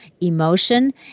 emotion